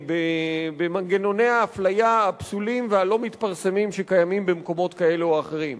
במנגנוני האפליה הפסולים והלא-מתפרסמים שקיימים במקומות כאלו או אחרים,